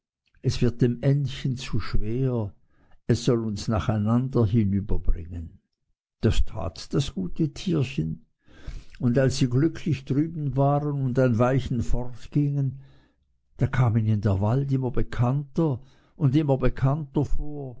es wird dem entchen zu schwer es soll uns nacheinander hinüberbringen das tat das gute tierchen und als sie glücklich drüben waren und ein weilchen fortgingen da kam ihnen der wald immer bekannter und immer bekannter vor